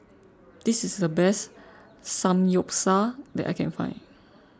this is the best Samgyeopsal that I can find